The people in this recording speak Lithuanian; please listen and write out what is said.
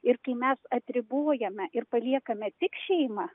ir kai mes atribojame ir paliekame tik šeimą